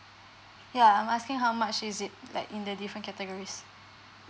ya I'm asking how much is it like in the different categories